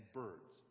birds